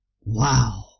Wow